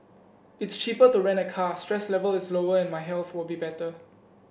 it's cheaper to rent a car stress level is lower and my health will be better